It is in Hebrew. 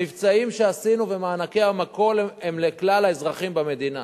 המבצעים שעשינו במענקי המקום הם לכלל האזרחים במדינה.